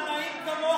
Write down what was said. תודה רבה.